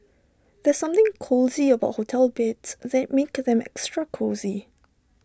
there's something about hotel beds that makes them extra cosy